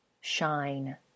shine